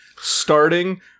starting